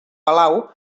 palau